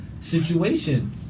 situation